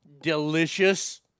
Delicious